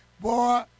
Boy